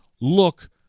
look